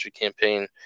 campaign